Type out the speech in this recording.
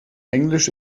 englisch